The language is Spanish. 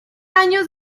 años